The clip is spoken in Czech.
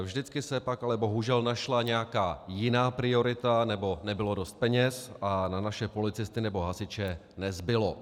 Vždycky se pak ale bohužel našla nějaká jiná priorita nebo nebylo dost peněz a na naše policisty nebo hasiče nezbylo.